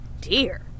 dear